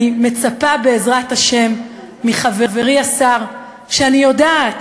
אני מצפה, בעזרת השם, מחברי השר, ואני יודעת